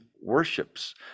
worships